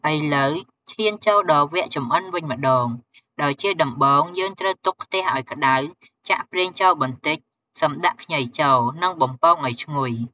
ឥឡូវឈានចូលដល់វគ្គចម្អិនវិញម្ដង ដោយជាដំបូង យើងត្រូវទុកខ្ទះឲ្យក្ដៅ ចាក់ប្រេងចូលបន្តិច សិមដាក់ខ្ញីចូល និងបំពងឲ្យឈ្ងុយ។